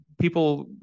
people